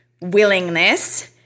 willingness